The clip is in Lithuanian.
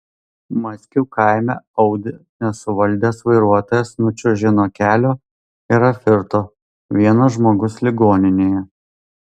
mackių kaime audi nesuvaldęs vairuotojas nučiuožė nuo kelio ir apvirto vienas žmogus ligoninėje